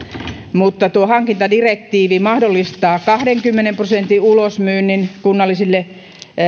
mutta tuo hankintadirektiivi mahdollistaa kahdenkymmenen prosentin ulosmyynnin kunnallisille